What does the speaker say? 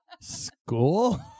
School